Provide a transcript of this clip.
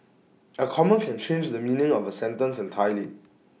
A comma can change the meaning of A sentence entirely